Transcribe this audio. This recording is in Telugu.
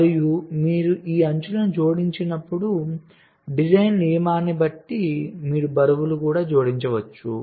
మరియు మీరు ఈ అంచులను జోడించినప్పుడు డిజైన్ నియమాన్ని బట్టి మీరు బరువులు కూడా జోడించవచ్చు